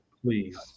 Please